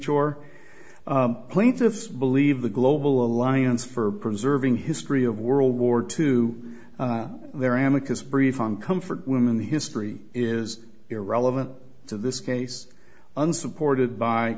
chore plaintiffs believe the global alliance for preserving history of world war two there and because brief on comfort women history is irrelevant to this case unsupported by